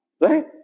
Right